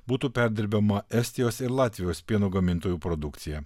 būtų perdirbama estijos ir latvijos pieno gamintojų produkcija